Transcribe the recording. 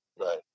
Right